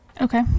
okay